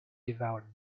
devoured